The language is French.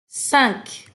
cinq